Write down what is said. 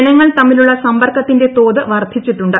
ജനങ്ങൾ തമ്മിലുള്ള സമ്പർക്കത്തിന്റെ തോത് വർധിച്ചിട്ടുണ്ട്